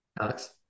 Alex